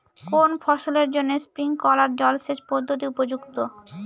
কোন ফসলের জন্য স্প্রিংকলার জলসেচ পদ্ধতি উপযুক্ত?